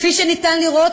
כפי שניתן לראות,